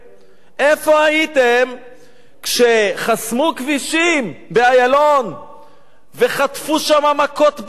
איפה הייתם כשחסמו כבישים באיילון וחטפו שם מכות באלות,